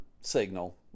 signal